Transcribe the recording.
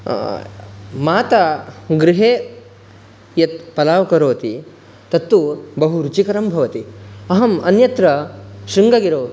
माता गृहे यत् पलाव् करोति तत्तु बहुरुचिकरं भवति अहम् अन्यत्र शृङ्गगिरौ